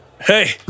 Hey